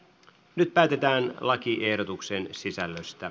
nyt päätetään lakiehdotuksen sisällöstä